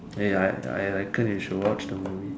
ya I I think you should watch the movie